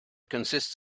consists